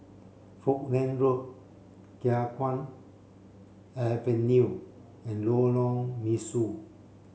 Falkland Road Khiang Guan Avenue and Lorong Mesu